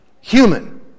human